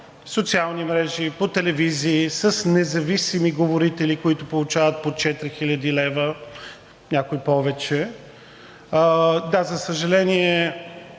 социални мрежи, по телевизии, с независими говорители, които получават по 4000 лв., някои повече. Да, за съжаление,